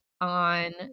on